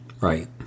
Right